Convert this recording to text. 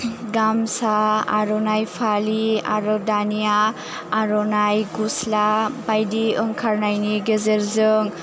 गामसा आर'नाइ फालि आरो दानिया आर'नाइ गुस्ला बायदि ओंखारनायनि गेजेरजों